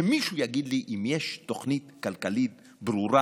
שמישהו יגיד לי אם יש תוכנית כלכלית ברורה,